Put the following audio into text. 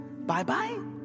bye-bye